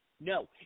no